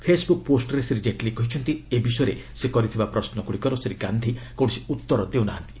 Facebook ପୋଷ୍ଟରେ ଶ୍ରୀ କେଟଲୀ କହିଛନ୍ତି ଏ ବିଷୟରେ ସେ କରିଥିବା ପ୍ରଶ୍ନଗୁଡ଼ିକର ଶ୍ରୀ ଗାନ୍ଧି କୌଣସି ଉତ୍ତର ଦେଉନାହାନ୍ତି